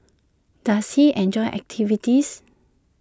does he enjoy activities